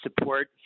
support